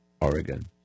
Oregon